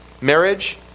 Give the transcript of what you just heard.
Marriage